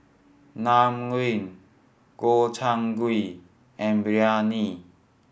Naengmyeon Gobchang Gui and Biryani